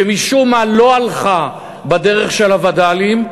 שמשום מה לא הלכה בדרך של הווד"לים,